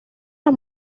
las